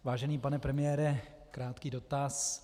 Vážený pane premiére, krátký dotaz.